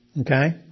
Okay